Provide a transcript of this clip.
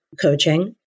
coaching